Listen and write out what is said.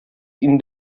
ihnen